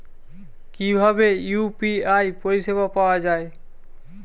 কিভাবে ইউ.পি.আই পরিসেবা পাওয়া য়ায়?